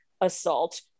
assault